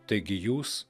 taigi jūs